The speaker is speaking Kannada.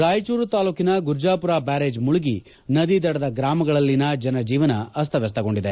ರಾಯಚೂರು ತಾಲೂಕಿನ ಗುರ್ಜಾಪುರ ಬ್ಯಾರೇಜ್ ಮುಳುಗಿ ನದಿ ದಡದ ಗ್ರಾಮಗಳಲ್ಲಿನ ಜನ ಜೀವನ ಅಸ್ತವ್ಯಸ್ಥಗೊಂಡಿದೆ